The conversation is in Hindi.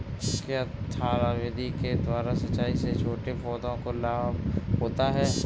क्या थाला विधि के द्वारा सिंचाई से छोटे पौधों को लाभ होता है?